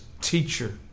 teacher